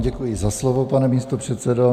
Děkuji vám za slovo, pane místopředsedo.